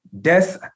death